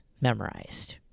memorized